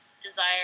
desire